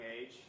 age